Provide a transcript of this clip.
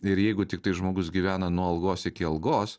ir jeigu tiktais žmogus gyvena nuo algos iki algos